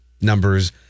numbers